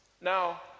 Now